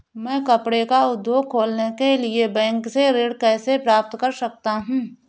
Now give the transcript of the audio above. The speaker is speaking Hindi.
मैं कपड़े का उद्योग खोलने के लिए बैंक से ऋण कैसे प्राप्त कर सकता हूँ?